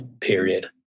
period